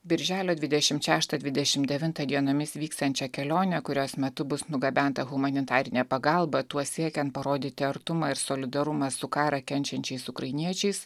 birželio dvidešimt šeštą dvidešimt devintą dienomis vyksiančią kelionę kurios metu bus nugabenta humanitarinė pagalba tuo siekiant parodyti artumą ir solidarumą su karą kenčiančiais ukrainiečiais